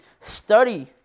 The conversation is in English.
study